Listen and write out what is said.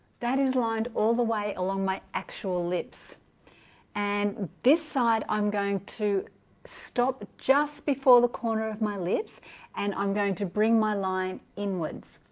that is lined all the way along my actual lips and this side i'm going to stop just before the corner of my lips and i'm going to bring my line inwards